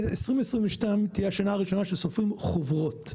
שנת 2022 תהיה השנה הראשונה שסופרים חוברות,